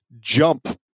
Jump